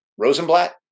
Rosenblatt